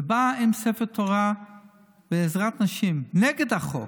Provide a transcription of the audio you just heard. בא עם ספר תורה לעזרת נשים נגד החוק,